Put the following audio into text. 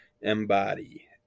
embody